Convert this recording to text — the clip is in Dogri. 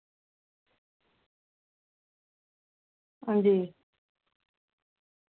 हां जी